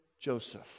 Joseph